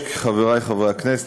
חברי חברי הכנסת,